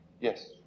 yes